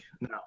No